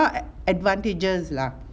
advantages lah